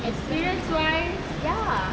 experience wise ya